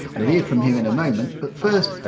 we'll hear from him in a moment but first,